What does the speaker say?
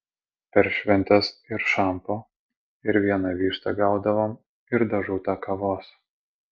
per šventes ir šampo ir vieną vištą gaudavom ir dėžutę kavos